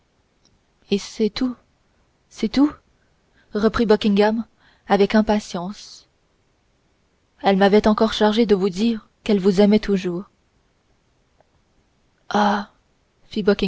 et c'est tout c'est tout reprit buckingham avec impatience elle m'avait encore chargé de vous dire qu'elle vous aimait toujours